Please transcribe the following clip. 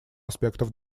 аспектов